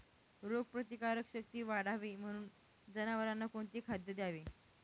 रोगप्रतिकारक शक्ती वाढावी म्हणून जनावरांना कोणते खाद्य द्यावे?